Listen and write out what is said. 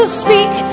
speak